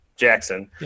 Jackson